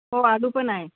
आलू पण आहे